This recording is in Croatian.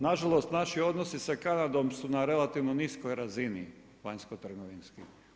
Nažalost, naši odnosi sa Kanadom su na relativnoj niskoj razini vanjsko trgovinske.